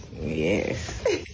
Yes